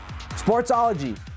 Sportsology